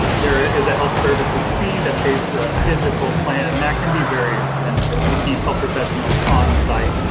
ah there is a health services fee that pays for a physical plan and that can be very expensive to keep health professionals on site,